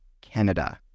Canada